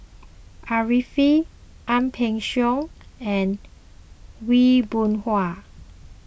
Arifin Ang Peng Siong and Aw Boon Haw